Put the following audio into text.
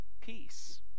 Peace